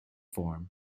form